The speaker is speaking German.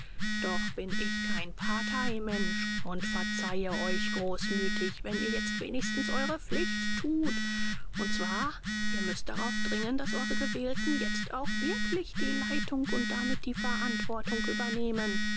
doch bin ich kein parteimensch und verzeihe euch großmütig wenn ihr jetzt wenigstens eure pflicht tut und zwar ihr müßt darauf dringen daß eure gewählten jetzt auch wirklich die leitung und damit die verantwortung übernehmen